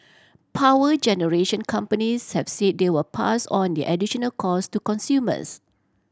power generation companies have said they will pass on the additional cost to consumers